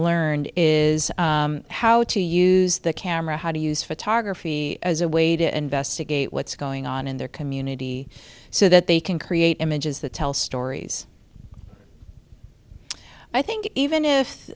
learned is how to use the camera how to use photography as a way to investigate what's going on in their community so that they can create images that tell stories i think even